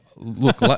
Look